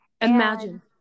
Imagine